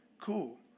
cool